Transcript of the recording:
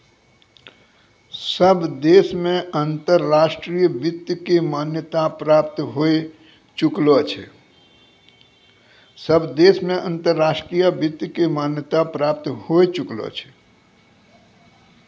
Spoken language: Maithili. सब देश मे अंतर्राष्ट्रीय वित्त के मान्यता प्राप्त होए चुकलो छै